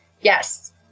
Yes